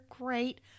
great